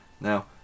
Now